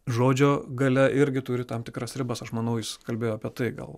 žodžio galia irgi turi tam tikras ribas aš manau jis kalbėjo apie tai gal